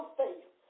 faith